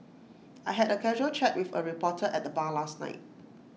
I had A casual chat with A reporter at the bar last night